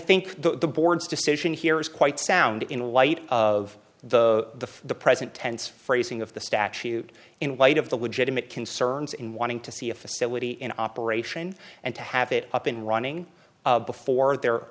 think the board's decision here is quite sound in light of the the present tense phrasing of the statute in light of the legitimate concerns in wanting to see a facility in operation and to have it up and running before the